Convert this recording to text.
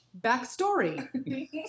backstory